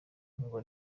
ngo